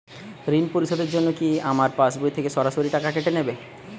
ঋণ পরিশোধের জন্য কি আমার পাশবই থেকে সরাসরি টাকা কেটে নেবে?